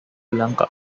lanka